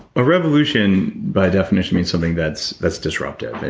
a revolution by definition means something that's that's disruptive. and